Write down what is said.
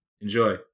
Enjoy